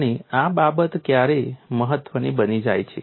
અને આ બાબત ક્યારે મહત્ત્વની બની જાય છે